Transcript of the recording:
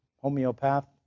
homeopath